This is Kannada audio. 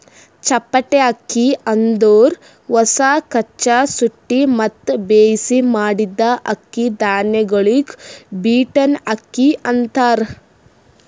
ಚಪ್ಪಟೆ ಅಕ್ಕಿ ಅಂದುರ್ ಹೊಸ, ಕಚ್ಚಾ, ಸುಟ್ಟಿ ಮತ್ತ ಬೇಯಿಸಿ ಮಾಡಿದ್ದ ಅಕ್ಕಿ ಧಾನ್ಯಗೊಳಿಗ್ ಬೀಟನ್ ಅಕ್ಕಿ ಅಂತಾರ್